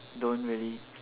don't really